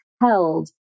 held